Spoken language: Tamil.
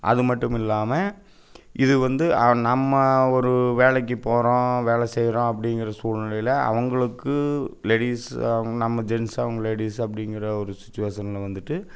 அது மட்டும் இல்லாமல் இது வந்து நம்ம ஒரு வேலைக்கு போகிறோம் வேலை செய்கிறோம் அப்படிங்குற சூழ்நிலையில் அவங்களுக்கு லேடிஸ் அவங்க நம்ம ஜென்ஸ் அவங்க லேடிஸ் அப்படிங்குற ஒரு சுச்சுவேஷனில் வந்துட்டு